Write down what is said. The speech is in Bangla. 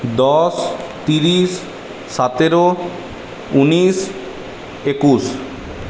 দশ তিরিশ সতেরো উনিশ একুশ